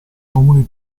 comuni